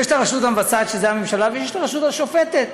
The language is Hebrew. יש הרשות המבצעת, שזה הממשלה, ויש הרשות השופטת,